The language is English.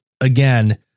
again